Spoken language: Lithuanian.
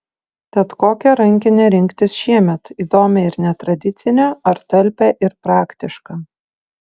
tad kokią rankinę rinktis šiemet įdomią ir netradicinę ar talpią ir praktišką